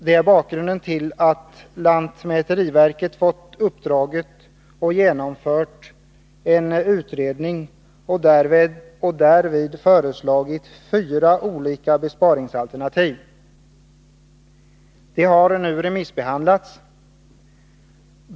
Det är bakgrunden till att lantmäteriverket fått uppdraget att genomföra en utredning. Den har också genomförts. Fyra olika besparingsalternativ har därvid presenterats. De har nu remissbehandlats.